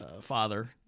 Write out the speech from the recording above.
father